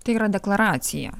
tai yra deklaracija